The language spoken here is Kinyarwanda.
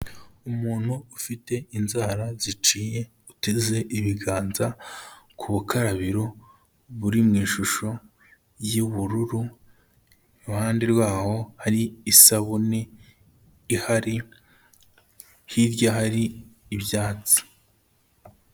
Umuntu ufite inzara ziciye uteze ibiganza ku bukarabiro buri mu ishusho y'ubururu, iruhande rwaho hari isabune ihari, hirya hari ibyatsi.